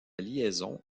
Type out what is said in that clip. liaison